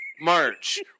March